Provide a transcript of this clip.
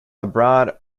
abroad